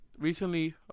recently